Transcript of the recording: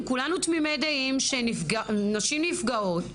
אם כולנו תמימי דעים שנשים נפגעות,